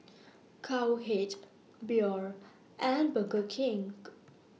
Cowhead Biore and Burger King